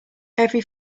every